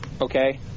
okay